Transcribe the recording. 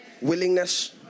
Willingness